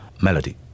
Melody